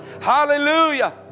Hallelujah